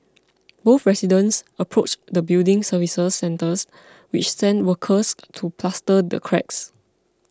both residents approached their building services centres which sent workers to plaster the cracks